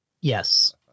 Yes